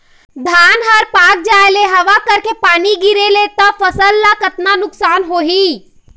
धान हर पाक जाय ले हवा करके पानी गिरे ले त फसल ला कतका नुकसान होही?